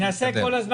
תודה.